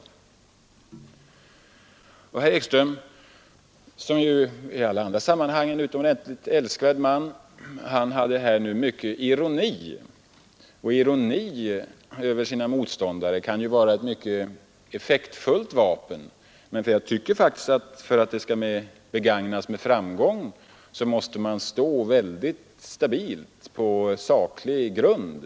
Nu hade herr Ekström — som ju i alla andra sammanhang är en utomordentligt älskvärd man — mycken ironi att ösa över sina motståndare. Och ironi kan vara ett synnerligen effektfullt vapen, men jag tycker faktiskt att för att det skall kunna begagnas med framgång måste man stå stabilt på saklig grund.